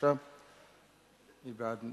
מי בעד?